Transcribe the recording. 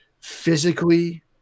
physically